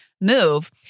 move